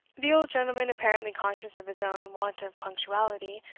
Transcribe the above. the old gentleman, apparently conscious of his own want of punctuality,